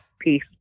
Peace